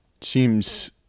Seems